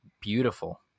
beautiful